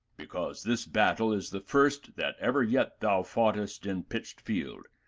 because this battle is the first that ever yet thou foughtest in pitched field,